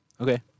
Okay